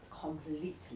completely